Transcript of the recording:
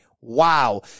Wow